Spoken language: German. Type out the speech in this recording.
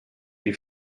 die